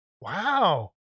Wow